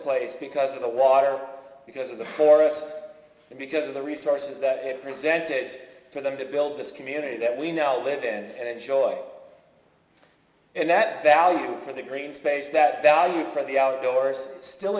place because of the water because of the forest and because of the resources that it presented to them to build this community that we now live and enjoy and that value for the green space that value for the outdoors still